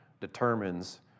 determines